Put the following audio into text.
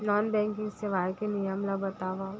Non banking सेवाएं के नियम ला बतावव?